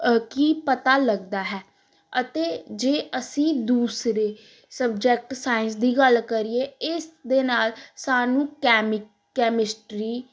ਕੀ ਪਤਾ ਲੱਗਦਾ ਹੈ ਅਤੇ ਜੇ ਅਸੀਂ ਦੂਸਰੇ ਸਬਜੈਕਟ ਸਾਇੰਸ ਦੀ ਗੱਲ ਕਰੀਏ ਇਸ ਦੇ ਨਾਲ ਸਾਨੂੰ ਕੈਮੀ ਕੈਮਿਸਟਰੀ